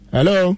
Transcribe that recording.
Hello